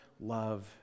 love